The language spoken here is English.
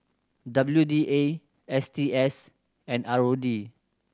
W D A S T S and R O D